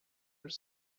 are